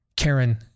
Karen